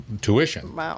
tuition